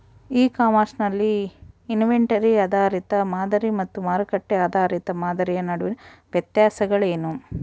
E commerce ನಲ್ಲಿ inventory ಆಧಾರಿತ ಮಾದರಿ ಮತ್ತು ಮಾರುಕಟ್ಟೆ ಆಧಾರಿತ ಮಾದರಿಯ ನಡುವಿನ ವ್ಯತ್ಯಾಸಗಳೇನು?